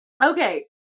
Okay